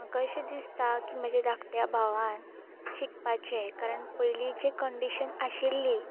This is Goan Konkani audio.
म्हाका अशें दिसता की म्हज्या धाकट्या भावान शिकपाचें कारण पयलीं जी कंडीशन आशिल्ली